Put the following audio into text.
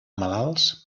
malalts